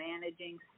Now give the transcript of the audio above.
managing